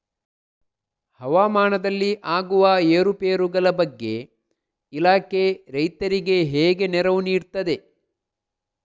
ಹವಾಮಾನದಲ್ಲಿ ಆಗುವ ಏರುಪೇರುಗಳ ಬಗ್ಗೆ ಇಲಾಖೆ ರೈತರಿಗೆ ಹೇಗೆ ನೆರವು ನೀಡ್ತದೆ?